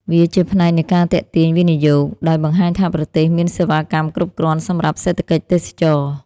វាជាផ្នែកនៃការទាក់ទាញវិនិយោគ ដោយបង្ហាញថាប្រទេសមានសេវាកម្មគ្រប់គ្រាន់សម្រាប់សេដ្ឋកិច្ចទេសចរណ៍។